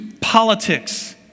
politics